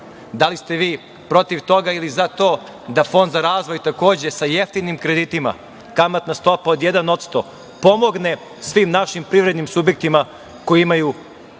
Da li ste vi protiv toga ili za to da Fond za razvoj takođe sa jeftinim kreditima, kamatna stopa od 1% pomogne svim našim privrednim subjektima koji imaju